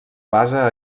base